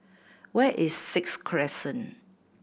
where is Sixth Crescent